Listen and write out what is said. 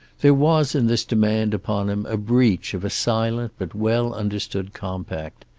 there was in this demand upon him a breach of a silent but well-understood compact.